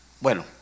bueno